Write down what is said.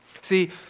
See